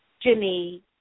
Jimmy